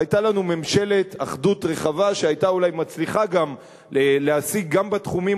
היתה לנו ממשלת אחדות רחבה שהיתה אולי מצליחה גם להשיג גם בתחומים